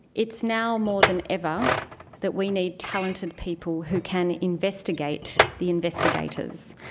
it's now more than ever that we need talented people who can investigate the investigators,